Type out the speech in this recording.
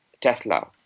Tesla